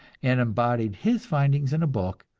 and embodied his findings in a book,